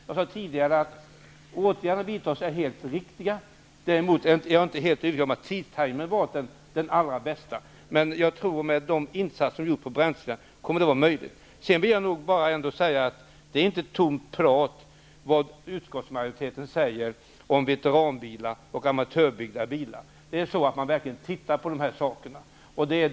Jag sade tidigare att de åtgärder som vidtas är helt riktiga. Däremot är jag inte övertygad om att tidtabellen är den allra bästa. Men jag tror att det med de insatser som görs på bränsleområdet ändå kommer att bli bra. Det som utskottet säger om veteranbilar och amatörbyggda bilar är inte tomt prat. Man tittar verkligen på dessa saker.